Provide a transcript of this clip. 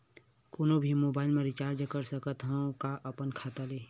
कोनो भी मोबाइल मा रिचार्ज कर सकथव का अपन खाता ले?